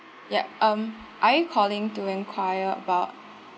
yup um are you calling to enquire about